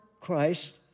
Christ